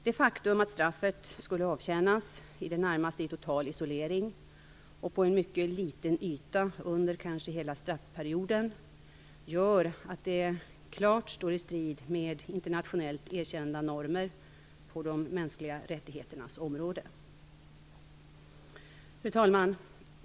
Det faktum att straffet skulle avtjänas i det närmaste i total isolering på en mycket liten yta under kanske hela straffperioden gör att det klart står i strid med internationellt erkända normer på de mänskliga rättigheternas område. Fru talman!